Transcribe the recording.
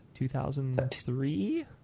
2003